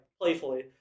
playfully